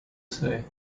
say